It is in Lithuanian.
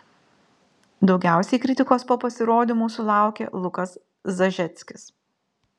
daugiausiai kritikos po pasirodymų sulaukė lukas zažeckis